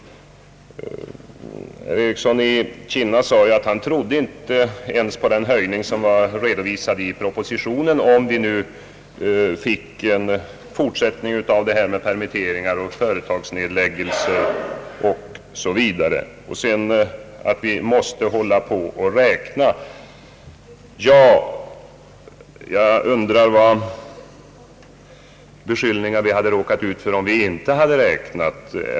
Herr Ericsson i Kinna sade att han inte ens trodde på den höjning som var redovisad i propositionen om vi fick en fortsättning av permitteringar, företagsnedläggelser osv. Men han sade sig förstå att vi måste räkna med ett belopp så och så stort. Ja, jag undrar vilka beskyllningar vi hade råkat ut för om vi inte hade räknat.